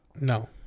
No